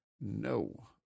no